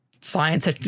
science